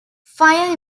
fire